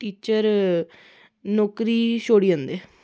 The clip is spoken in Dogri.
टीचर नौकरी छोडी जंदे